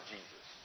Jesus